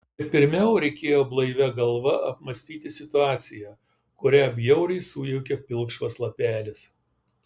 bet pirmiau reikėjo blaivia galva apmąstyti situaciją kurią bjauriai sujaukė pilkšvas lapelis